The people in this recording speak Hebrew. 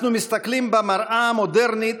אנחנו מסתכלים במראה המודרנית,